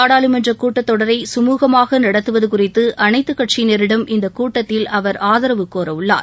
நாடாளுமன்றக் கூட்டத்தொடரை கமூகமாக நடத்துவது குறித்து அனைத்துக் கட்சியினரிடம் இந்தக் கூட்டத்தில் அவர் ஆதரவு கோர உள்ளார்